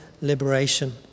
liberation